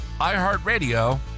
iHeartRadio